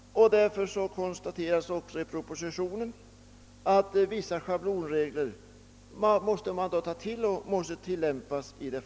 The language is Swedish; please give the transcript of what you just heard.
Därför konstateras också i propositionen att vissa schablonregler måste tillämpas.